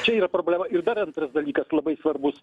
čia yra problema ir dar antras dalykas labai svarbus